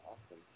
Awesome